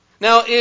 Now